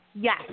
Yes